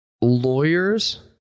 lawyers